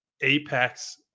apex